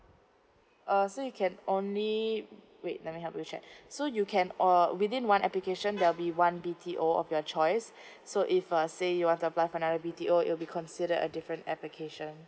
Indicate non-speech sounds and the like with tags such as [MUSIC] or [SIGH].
uh so you can only wait let me help you check [BREATH] so you can uh within one application there'll be one B T O of your choice [BREATH] so if uh say you want to apply for another B T O it will be considered a different application